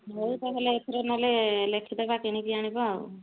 ହଉ ତାହେଲେ ଏଥର ନହେଲେ ଲେଖିଦେବା କିଣିକି ଆଣିବା ଆଉ